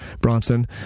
Bronson